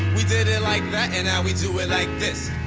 we did it like that, and now we do it like this.